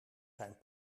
zijn